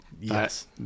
Yes